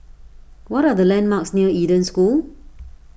what are the landmarks near Eden School